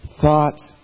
thoughts